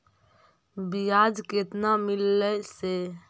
बियाज केतना मिललय से?